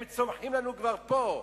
הם צומחים לנו פה,